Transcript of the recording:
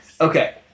Okay